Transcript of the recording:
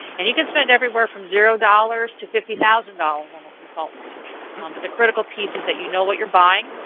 and you can spend anywhere from zero dollars to fifty thousand dollars on a consultant. um but the critical piece is that you know what you're buying,